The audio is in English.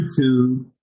YouTube